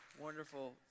wonderful